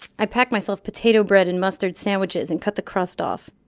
i pack myself potato bread and mustard sandwiches and cut the crust off